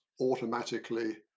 automatically